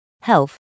health